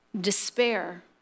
despair